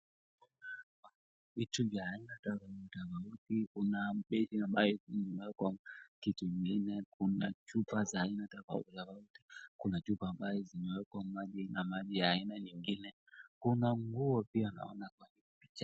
Vitu vya aina tofautitofauti, kuna beli ambayo imewekwa kitu ingine, kuna chupa za aina tofautitofauti, kuna chupa ambayo zimewekwa maji na maji ya aina nyingine, kuna nguo pia naona kwenye picha.